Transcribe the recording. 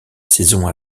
saison